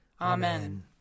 Amen